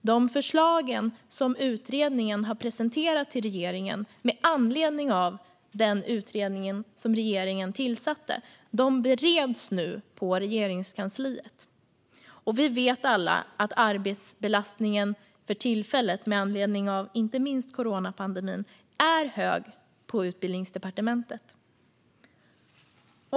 Förslagen från den av regeringen tillsatta utredningen har presenterats för regeringen och bereds nu i Regeringskansliet. Men vi vet alla att arbetsbelastningen för tillfället med anledning av inte minst coronapandemin är stor på Utbildningsdepartementet.